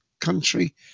country